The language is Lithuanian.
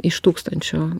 iš tūkstančio